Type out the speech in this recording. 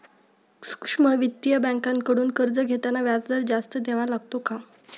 सूक्ष्म वित्तीय बँकांकडून कर्ज घेताना व्याजदर जास्त द्यावा लागतो का?